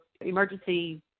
emergency